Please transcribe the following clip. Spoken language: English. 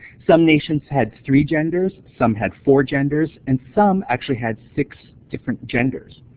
some nations had three genders, some had four genders, and some actually had six different genders.